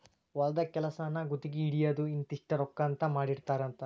ಹೊಲದ ಕೆಲಸಾನ ಗುತಗಿ ಹಿಡಿಯುದು ಇಂತಿಷ್ಟ ರೊಕ್ಕಾ ಅಂತ ಮಾತಾಡಿರತಾರ